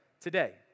today